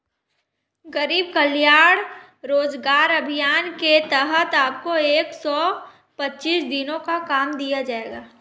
गरीब कल्याण रोजगार अभियान के तहत आपको एक सौ पच्चीस दिनों का काम दिया जाएगा